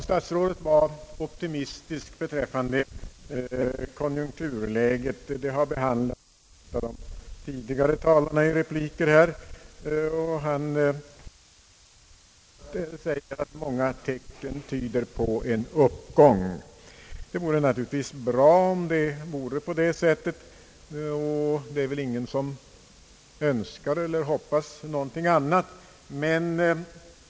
Statsrådet Johansson var optimistisk beträffande konjunkturläget, vilket har behandlats även av andra talare i repliker. Han menar att många tecken tyder på en uppgång. Det vore naturligtvis bra om det är på det sättet, och det är väl ingen som önskar någonting annat.